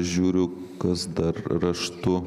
žiūriu kas dar raštu